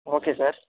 okay sir